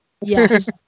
Yes